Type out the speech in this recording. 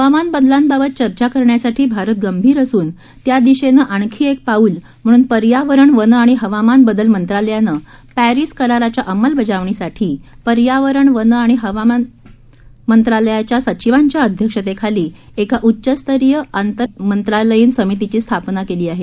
हवामान बदलांबाबत चर्चा करण्यासाठी भारत गंभीर असून त्या दिशेने आणखी एक पाऊल म्हणून पर्यावरण वन आणि हवामान बदल मंत्रालयाने पॅरिस कराराच्या अंमलबजावणीसाठी पर्यावरण वन आणि हवामान बदल मंत्रालयाच्या सचिवांच्या अध्यक्षतेखाली एका उच्च स्तरीय आंतर मंत्रालयीन समितीची स्थापना केली आहे